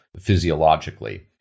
physiologically